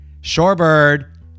Shorebird